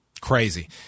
crazy